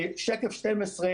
סליחה,